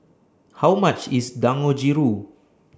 How much IS Dangojiru